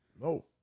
No